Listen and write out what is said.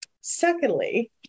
Secondly